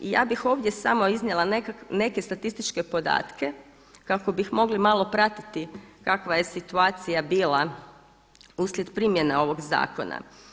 Ja bih ovdje samo iznijela neke statističke podatke kako bi mogli malo pratiti kakva je situacija bila uslijed primjene ovog zakona.